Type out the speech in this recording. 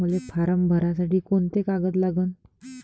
मले फारम भरासाठी कोंते कागद लागन?